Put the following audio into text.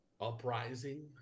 uprising